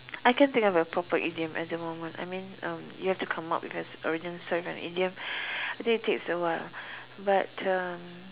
I can't think of a proper idiom at the moment I mean um you have to come up with its origin story for an idiom I think it takes a while but um